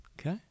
Okay